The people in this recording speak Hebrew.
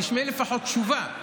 תשמעי לפחות תשובה.